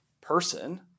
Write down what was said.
person